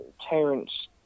Terence